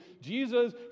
Jesus